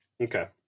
Okay